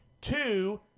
Two